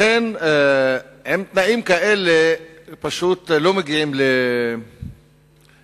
לכן, עם תנאים כאלה פשוט לא מגיעים להסדר